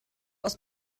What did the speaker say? aus